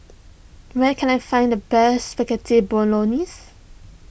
where can I find the best Spaghetti Bolognese